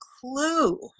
clue